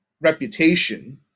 reputation